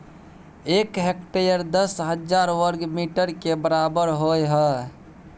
एक हेक्टेयर दस हजार वर्ग मीटर के बराबर होय हय